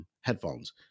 headphones